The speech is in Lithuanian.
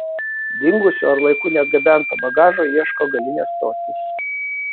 dingusio ar laiku neatgabento bagažo ieško galinė stotis